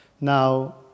Now